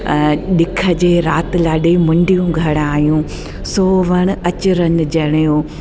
ॾिख जे राति लाॾे मुंडियूं घणा आयूं सोवण अचरनि ॼणियूं